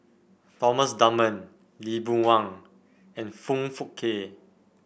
Thomas Dunman Lee Boon Wang and Foong Fook Kay